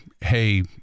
hey